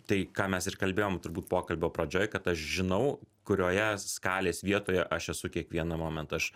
tai ką mes ir kalbėjom turbūt pokalbio pradžioj kad aš žinau kurioje skalės vietoje aš esu kiekvieną momentą aš